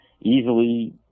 easily